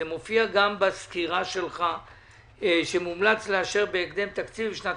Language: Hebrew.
זה מופיע גם בסקירה שלך בה נאמר ש"מומלץ לאשר בהקדם תקציב לשנת